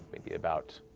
maybe about